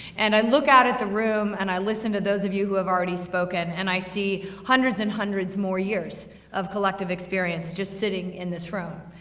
and i look out at the room, and i listen to those of you who have already spoken, and i see hundreds and hundreds more years of collective experience just sitting in this room.